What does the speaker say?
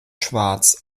schwarz